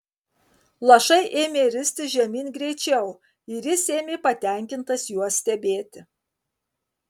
lašai ėmė ristis žemyn greičiau ir jis ėmė patenkintas juos stebėti